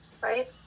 right